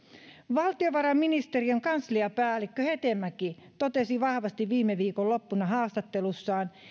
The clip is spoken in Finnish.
valtiovarainministeriön kansliapäällikkö hetemäki totesi vahvasti viime viikonloppuna haastattelussaan